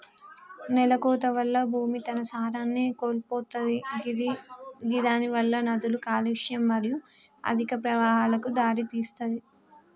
నేలకోత వల్ల భూమి తన సారాన్ని కోల్పోతది గిదానివలన నదుల కాలుష్యం మరియు అధిక ప్రవాహాలకు దారితీస్తది